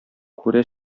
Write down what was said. күрә